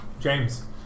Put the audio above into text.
James